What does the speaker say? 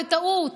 בטעות,